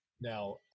Now